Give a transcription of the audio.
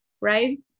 right